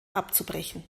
abzubrechen